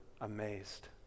amazed